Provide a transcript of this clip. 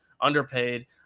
underpaid